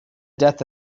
death